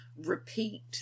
repeat